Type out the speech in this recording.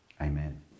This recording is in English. amen